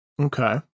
Okay